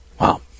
Wow